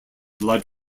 blood